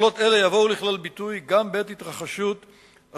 יכולות אלה יבואו לכלל ביטוי גם בעת התרחשות אסון